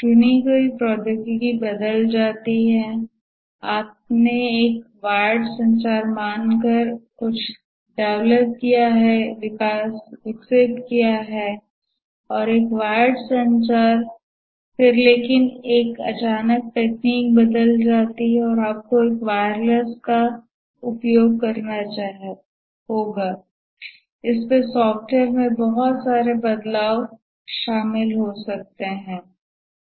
चुनी गई प्रौद्योगिकी बदल जाती है आपने इसे एक वायर्ड संचार मानकर विकसित किया होगा एक वायर्ड संचार लेकिन फिर अचानक तकनीक बदल गई है और आपको वायरलेस का उपयोग करना होगा इसमें सॉफ़्टवेयर में बहुत सारे बदलाव शामिल हो सकते हैं